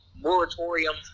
moratorium